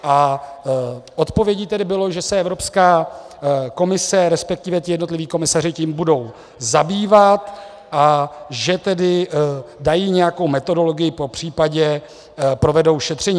A odpovědí tedy bylo, že se Evropská komise, resp. ti jednotliví komisaři tím budou zabývat, a že tedy dají nějakou metodologii, popř. provedou šetření.